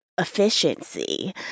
efficiency